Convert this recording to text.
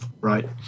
Right